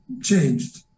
changed